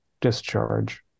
discharge